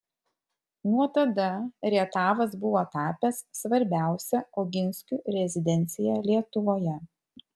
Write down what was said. nuo tada rietavas buvo tapęs svarbiausia oginskių rezidencija lietuvoje